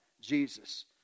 Jesus